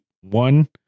one